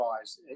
guys